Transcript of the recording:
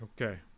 Okay